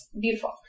beautiful